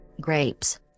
Grapes